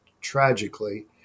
tragically